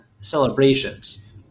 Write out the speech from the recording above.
celebrations